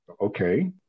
Okay